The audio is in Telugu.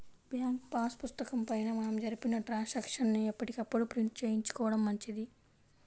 బ్యాంకు పాసు పుస్తకం పైన మనం జరిపిన ట్రాన్సాక్షన్స్ ని ఎప్పటికప్పుడు ప్రింట్ చేయించుకోడం మంచిది